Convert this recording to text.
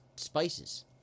spices